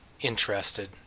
interested